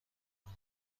کنم